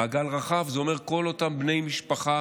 מעגל רחב זה אומר כל אותם בני משפחה,